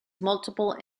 multiple